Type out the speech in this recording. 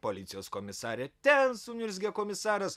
policijos komisariate suniurzgė komisaras